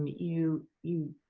you you